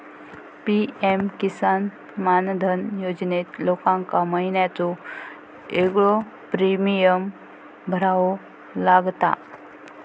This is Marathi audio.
पी.एम किसान मानधन योजनेत लोकांका महिन्याचो येगळो प्रीमियम भरावो लागता